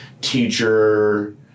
teacher